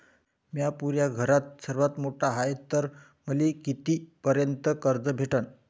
म्या पुऱ्या घरात सर्वांत मोठा हाय तर मले किती पर्यंत कर्ज भेटन?